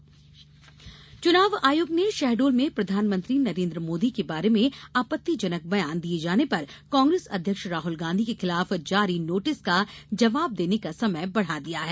आयोग समय चुनाव आयोग ने शहडोल में प्रधानमंत्री नरेंद्र मोदी के बारे में आपत्तिजनक बयान दिए जाने पर कांग्रेस अध्यक्ष राहुल गांधी के खिलाफ जारी नोटिस का जवाब देने का समय बढ़ा दिया है